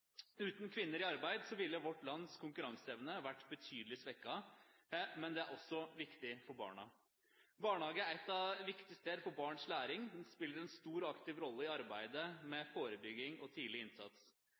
Uten kvinner i arbeid ville vårt lands konkurranseevne vært betydelig svekket, men det er også viktig for barna. Barnehagen er et viktig sted for barns læring. Den spiller en stor og aktiv rolle i arbeidet